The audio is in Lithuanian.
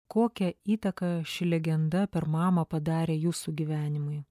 kokią įtaką ši legenda per mamą padarė jūsų gyvenimui